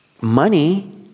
Money